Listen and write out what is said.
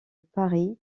paris